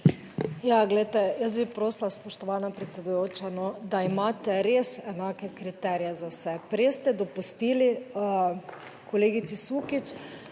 Ja, glejte, jaz bi prosila, spoštovana predsedujoča, no, da imate res enake kriterije za vse. Prej ste dopustili kolegici Sukič,